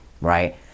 right